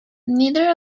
neither